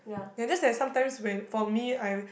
ya just that sometimes when for me I